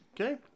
Okay